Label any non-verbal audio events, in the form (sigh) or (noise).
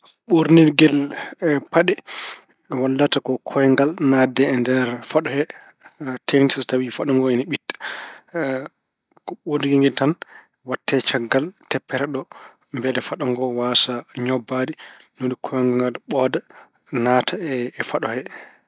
Ɓoornirgel paɗe wallata ko kooyngal naatde e nder faɗo he haa teeŋti so tawi faɗo ngo ina ɓitta. (hesitation) ko ɓorgel ngel tan waɗte caggal teppere no mbele faɗo ngo waasaa ñobbaade, ni woni kooyngal ngal ɓooda naata e faɗo he.